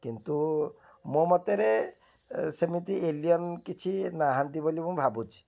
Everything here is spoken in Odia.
କିନ୍ତୁ ମୋ ମତରେ ସେମିତି ଏଲିୟନ୍ କିଛି ନାହାଁନ୍ତି ବୋଲି ମୁଁ ଭାବୁଛି